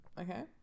Okay